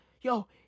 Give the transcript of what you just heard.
yo